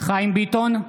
חיים ביטון,